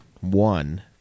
One